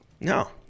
No